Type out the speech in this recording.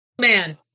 Man